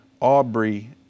Aubrey